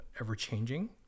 ever-changing